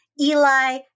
Eli